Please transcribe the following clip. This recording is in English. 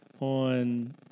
on